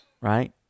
right